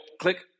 Click